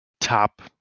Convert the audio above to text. top